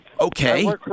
okay